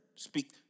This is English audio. Speak